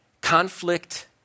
conflict